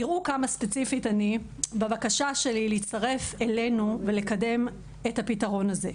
תראו כמה ספציפית אני בבקשה שלי להצטרף אלינו ולקדם את הפתרון הזה.